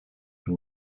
who